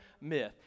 myth